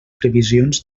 previsions